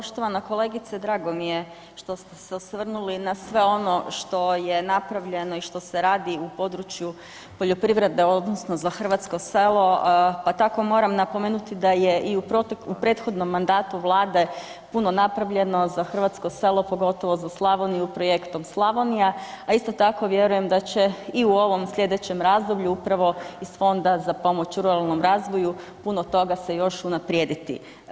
Poštovana kolegice drago mi je što ste se osvrnuli na sve ono što je napravljeno i što se radi u području poljoprivrede odnosno za hrvatsko selo, pa tako moram napomenuti da je i u proteklom, u prethodnom mandatu Vlade puno napravljeno za hrvatsko selo, pogotovo za Slavoniju, projektom Slavonija, a isto tako vjerujem da će i u ovom slijedećem razdoblju upravo uz fonda za pomoć ruralnom razvoju puno toga se još unaprijediti.